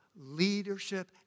leadership